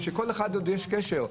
שכל אחד עוד יש קשר,